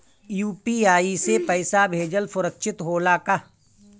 UPI से पैसा भेजल सुरक्षित होला का?